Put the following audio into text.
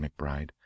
McBride